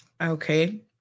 Okay